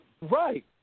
Right